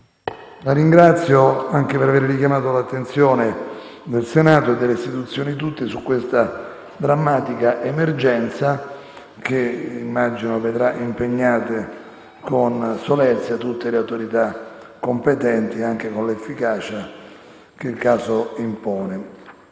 La ringrazio anche per avere richiamato l'attenzione del Senato e delle istituzioni tutte su questa drammatica emergenza, che immagino vedrà impegnate con solerzia tutte le autorità competenti con l'efficacia che il caso impone.